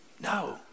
No